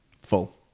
full